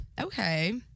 Okay